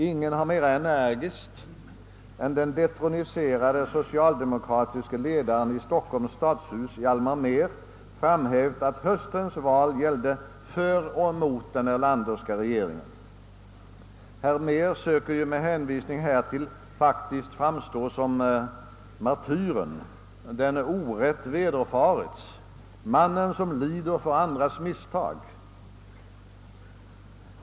Ingen har mera energiskt än den detroniserade socialde mokratiske ledaren i Stockholms stadshus, Hjalmar Mehr, framhävt att höstens val stod för eller mot den Erlanderska regeringen. Herr Mehr söker ju med hänvisning härtill faktiskt framstå som martyren, den orätt vederfarits, mannen som lider för andras misstag.